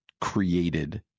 created